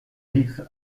vif